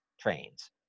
trains